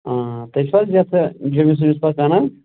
آ تُہۍ چھُو حظ یَتھ جٔیٚمِس ویٚمِس پَکان حظ